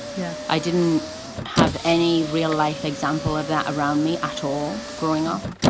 yeah, i didn't have any real life example of that around me at all growing up.